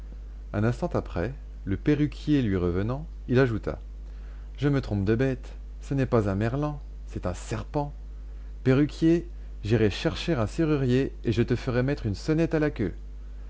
un instant après le perruquier lui revenant il ajouta je me trompe de bête ce n'est pas un merlan c'est un serpent perruquier j'irai chercher un serrurier et je te ferai mettre une sonnette à la queue